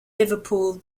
liverpool